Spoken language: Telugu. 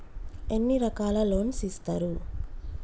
ఎన్ని రకాల లోన్స్ ఇస్తరు?